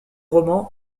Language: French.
romans